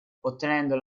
ottenendo